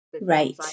Right